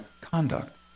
conduct